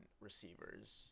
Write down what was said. receivers